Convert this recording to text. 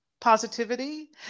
positivity